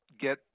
get